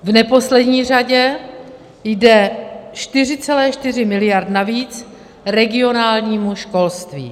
V neposlední řadě jde 4,4 mld. navíc regionálnímu školství.